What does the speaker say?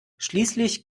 schließlich